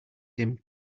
dim